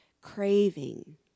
craving